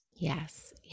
Yes